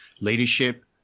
leadership